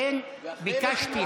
לכן ביקשתי.